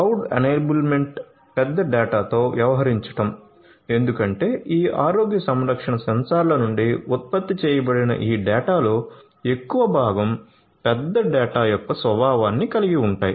cloud enablement పెద్ద డేటాతో వ్యవహరించడం ఎందుకంటే ఈ ఆరోగ్య సంరక్షణ సెన్సార్ల నుండి ఉత్పత్తి చేయబడిన ఈ డేటాలో ఎక్కువ భాగం పెద్ద డేటా యొక్క స్వభావాన్ని కలిగి ఉంటాయి